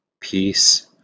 peace